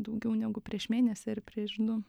daugiau negu prieš mėnesį ar prieš du